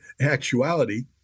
actuality